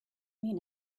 mean